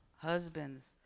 Husbands